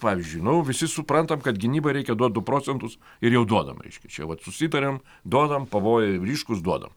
pavyzdžiui nu visi suprantam kad gynybai reikia duot du procentus ir jau duodam reiškia čia vat susitarėm duodam pavojai ryškūs duodam